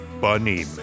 bunny